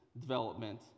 development